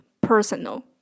personal